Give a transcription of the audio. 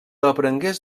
aprengués